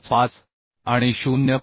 55 आणि 0